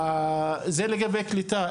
זה לגבי קליטה.